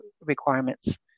requirements